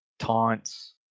taunts